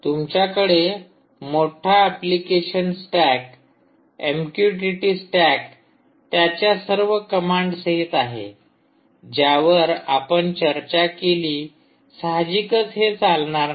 तुमच्याकडे मोठा application stack MQTT stack त्याच्या सर्व कमांड सहित आहे ज्यावर आपण चर्चा केली साहजिकच हे चालणार नाही